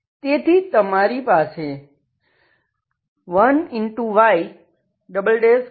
તેથી તમારી પાસે 1